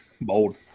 Bold